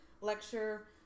lecture